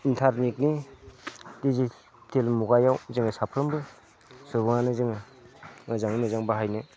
इन्टारनेटनि डिजिटेल मुगायाव जोङो साफ्रोमबो सुबुङानो जोङो मोजाङै मोजां बाहायनो